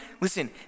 listen